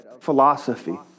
philosophy